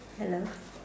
hello